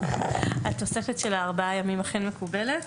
התוספת של הארבעה ימים אכן מקובלת.